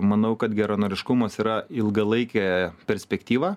manau kad geranoriškumas yra ilgalaikė perspektyva